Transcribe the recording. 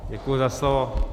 Děkuji za slovo.